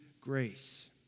grace